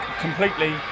completely